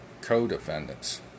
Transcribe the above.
co-defendants